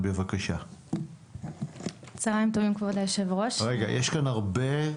73% מתוך ה-300 העידו שהם חוו ניסיון,